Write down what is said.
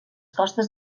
costes